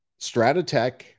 Stratatech